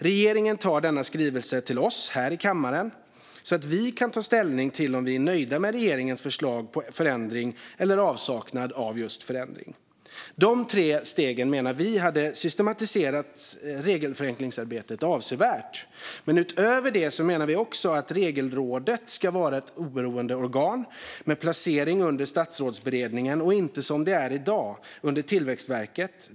Regeringen tar denna skrivelse till oss här i kammaren, så att vi kan ta ställning till om vi är nöjda med regeringens förslag på förändring eller avsaknad av just förändring. Dessa tre steg menar vi hade systematiserat regelförenklingsarbetet avsevärt. Men utöver det menar vi att Regelrådet ska vara ett oberoende organ med placering under Statsrådsberedningen och inte, som det är i dag, under Tillväxtverket.